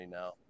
now